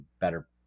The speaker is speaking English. better